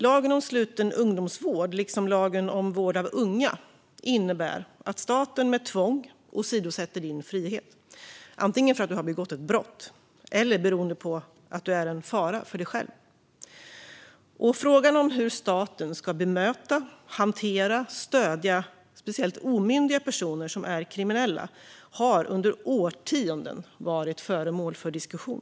Lagen om sluten ungdomsvård liksom lagen om vård av unga innebär att staten med tvång åsidosätter din frihet, antingen för att du begått ett brott eller beroende på att du är en fara för dig själv. Frågan om hur staten ska bemöta, hantera och stödja omyndiga personer som är kriminella har under årtionden varit föremål för diskussion.